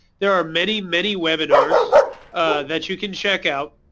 there are many many webinars that you can check out.